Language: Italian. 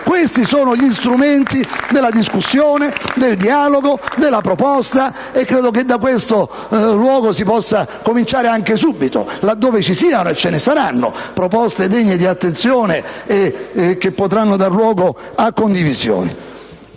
Questi sono gli strumenti da adottare: della discussione, del dialogo, della proposta. E credo che da questo luogo si possa cominciare anche subito, laddove ci siano - e ce ne saranno - proposte degne di attenzione e che potranno dar luogo a condivisioni.